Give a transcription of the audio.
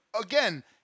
again